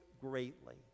greatly